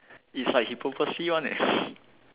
is like he purposely one eh